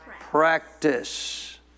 practice